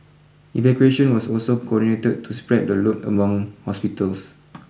evacuation was also coordinated to spread the load among hospitals